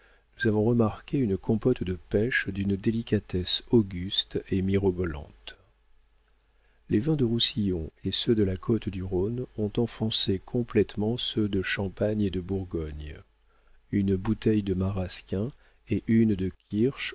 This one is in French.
nous avons remarqué une compote de pêches d'une délicatesse auguste et mirobolante les vins de roussillon et ceux de la côte du rhône ont enfoncé complétement ceux de champagne et de bourgogne une bouteille de marasquin et une de